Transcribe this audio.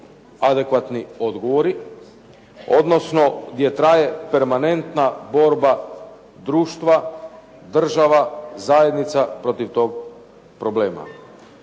adekvatni odgovori odnosno gdje traje permanentna borba društva, država, zajednica protiv tog problema.